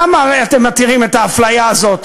למה אתם מתירים את האפליה הזאת,